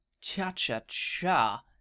Cha-cha-cha